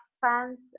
fans